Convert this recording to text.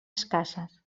escasses